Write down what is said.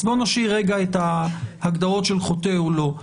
בואו נשאיר רגע את ההגדרות של חוטא או לא.